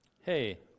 hey